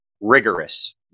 Rigorous